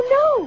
no